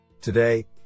Today